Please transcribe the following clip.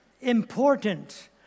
important